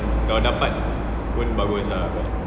macam kalau dapat bagus ah